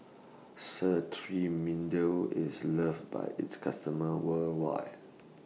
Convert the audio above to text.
IS loved By its customers worldwide